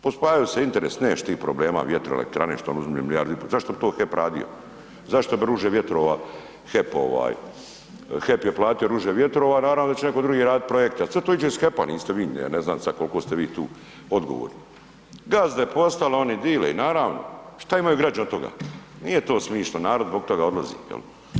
Pospajaju se interesi, neš ti problema, vjetroelektrane što nam uzmu milijardu i pol, zašto bi to HEP radio, zašto bi ruže vjetrove HEP ovaj, HEP je platio ruže vjetrova, naravno da će netko drugi raditi projekte, a to sve iđe iz HEP-a, niste vi, ja ne znam sad kol'ko ste vi tu odgovorni, gazde postale, oni dile, i naravno šta imaju građani od toga? , nije to smišno, narod zbog toga odlazi jel.